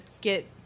get